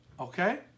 Okay